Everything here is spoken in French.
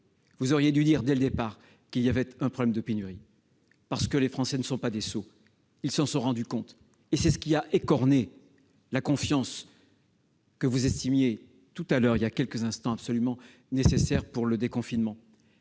Vous auriez dû dire dès le départ qu'il y avait un problème de pénurie. Les Français ne sont pas des sots : ils s'en sont rendu compte. Et c'est ce qui a écorné la confiance que vous estimiez, il y a quelques instants, absolument nécessaire en vue du déconfinement.